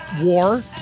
War